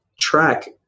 track